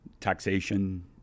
taxation